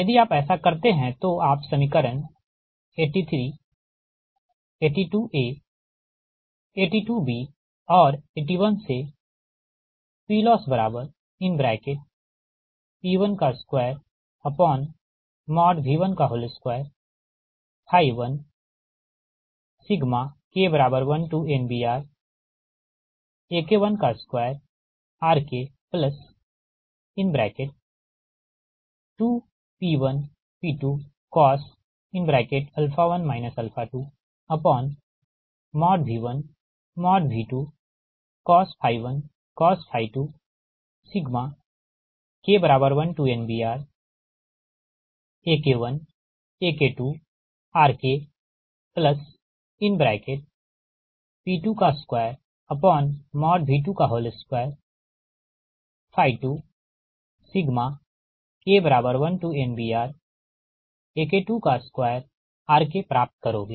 यदि आप ऐसा करते है तो आप समीकरण 83 82 82 और 81से PLossP12V121 K1NBRAK12RK2P1P2cos 1 2 V1V2cos 1cos 2 K1NBRAK1AK2RKP22V222 K1NBRAK22RK प्राप्त करोगें